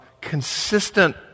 consistent